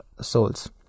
souls